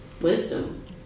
wisdom